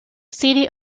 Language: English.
city